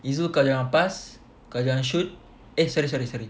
izzul kau jangan pass kau jangan shoot eh sorry sorry sorry